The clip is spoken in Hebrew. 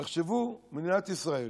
תחשבו: מדינת ישראל,